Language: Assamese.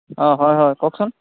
অঁ হয় হয় কওকচোন